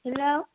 hello